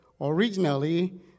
originally